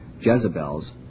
Jezebels